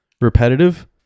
repetitive